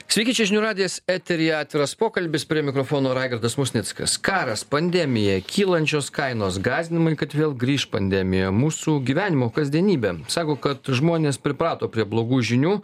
sveiki čia žinių radijas eteryje atviras pokalbis prie mikrofono raigardas musnickas karas pandemija kylančios kainos gąsdinimai kad vėl grįš pandemija mūsų gyvenimo kasdienybė sako kad žmonės priprato prie blogų žinių